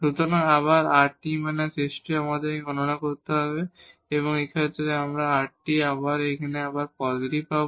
সুতরাং আবার এই rt − s2 আমাদের গণনা করতে হবে এবং এই ক্ষেত্রে তাই এখানে rt আমরা আবার পজিটিভ পাব